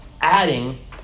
adding